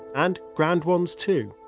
and grand ones too.